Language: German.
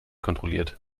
kontrolliert